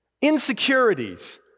insecurities